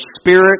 spirit